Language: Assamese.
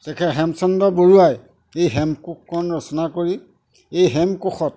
তেখেত হেমচন্দ্ৰ বৰুৱাই এই হেমকোষখন ৰচনা কৰি এই হেমকোষত